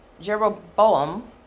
Jeroboam